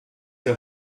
der